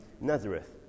Nazareth